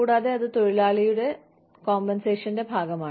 കൂടാതെ അത് തൊഴിലാളിയുടെ നഷ്ടപരിഹാരത്തിന്റെ ഭാഗമാണ്